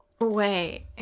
Wait